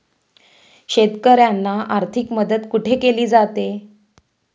शेतकऱ्यांना आर्थिक मदत कुठे केली जाते?